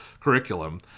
curriculum